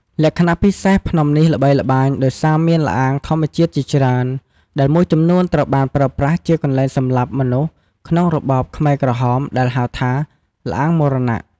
លក្ខណៈពិសេស ភ្នំនេះល្បីល្បាញដោយសារមាន ល្អាងធម្មជាតិ ជាច្រើន ដែលមួយចំនួនត្រូវបានប្រើប្រាស់ជាកន្លែងសម្លាប់មនុស្សក្នុងរបបខ្មែរក្រហម ដែលហៅថា ល្អាងមរណៈ។